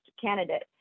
candidate